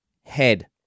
head